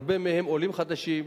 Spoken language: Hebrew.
הרבה מהם עולים חדשים,